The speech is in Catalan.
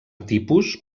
tipus